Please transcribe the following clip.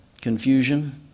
confusion